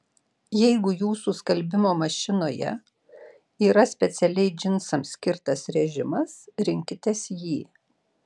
jeigu jūsų skalbimo mašinoje yra specialiai džinsams skirtas režimas rinkitės jį